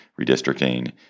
redistricting